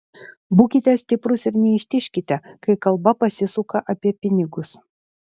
būkite stiprūs ir neištižkite kai kalba pasisuka apie pinigus